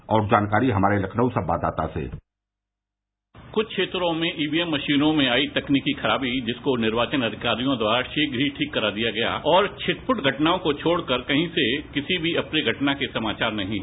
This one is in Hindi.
और जानकारी हमारे लखनऊ संवाददाता से कुछ क्षेत्रों में ईवीएम मशीनों में आई तकनीकी खराबी जिसको निर्वाचन अधिकारियों द्वारा शीघ्र ही ठीक करा दिया गया और छिटपुट घटनाओं को छोड़कर कहीं से भी किसी अप्रिय घटना के समाचार नहीं है